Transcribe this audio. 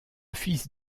fils